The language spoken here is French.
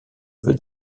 veux